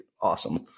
awesome